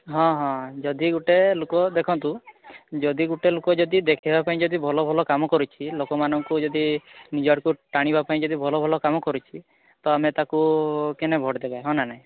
ହଁ ହଁ ଯଦି ଗୋଟେ ଲୋକ ଦେଖନ୍ତୁ ଯଦି ଗୋଟେ ଲୋକ ଯଦି ଦେଖାଇବା ପାଇଁ ଭଲ ଭଲ କାମ କରୁଛି ଲୋକମାନଙ୍କୁ ଯଦି ନିଜ ଆଡ଼କୁ ଟାଣିବା ପାଇଁ ଯଦି ଭଲ ଭଲ କାମ କରିଛି ତ ଆମେ ତାକୁ କ'ଣ ଭୋଟ ଦେବା ହଁ ନା ନାଇଁ